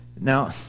Now